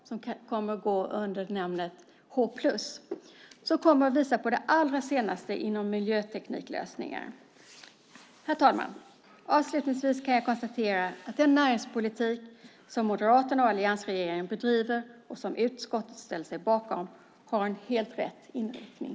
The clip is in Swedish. Det kommer att gå under namnet H+ och kommer att visa på det allra senaste inom miljötekniklösningar. Herr talman! Avslutningsvis kan jag konstatera att den näringspolitik som Moderaterna och alliansregeringen driver och som utskottet ställer sig bakom har helt rätt inriktning.